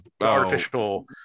artificial